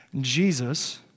Jesus